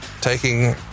taking